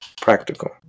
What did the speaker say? practical